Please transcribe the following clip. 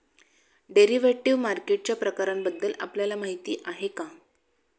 Derivative मार्केटच्या प्रकारांबद्दल आपल्याला माहिती आहे का?